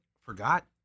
forgot